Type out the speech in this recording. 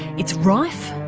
it's rife,